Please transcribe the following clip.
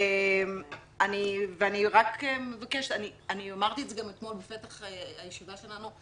אמרתי גם אתמול בפתח הישיבה שלנו,